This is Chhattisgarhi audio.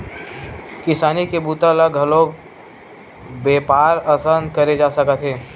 किसानी के बूता ल घलोक बेपार असन करे जा सकत हे